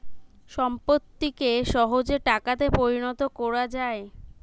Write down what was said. সম্পত্তিকে সহজে টাকাতে পরিণত কোরা যায়